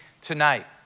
tonight